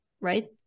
right